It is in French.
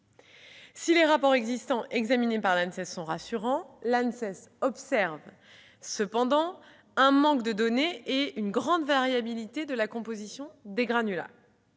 Si les rapports existants examinés par l'ANSES sont rassurants, l'Agence relève cependant un manque de données et une grande variabilité de la composition des granulats.